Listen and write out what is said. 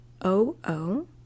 O-O